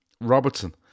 Robertson